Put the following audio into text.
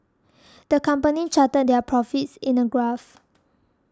the company charted their profits in a graph